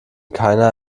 keiner